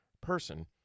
person